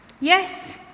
yes